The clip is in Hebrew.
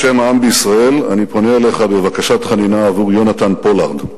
בשם העם בישראל אני פונה אליך בבקשת חנינה עבור יונתן פולארד.